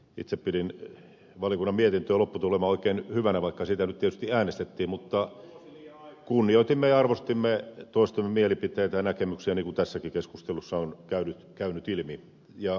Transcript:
itse pidin valiokunnan mietinnön lopputulemaa oikein hyvänä vaikka siitä nyt tietysti äänestettiin mutta kunnioitimme ja arvostimme toistemme mielipiteitä ja näkemyksiä niin kuin tässäkin keskustelussa on käynyt ilmi ja hyvä näin